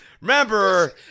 remember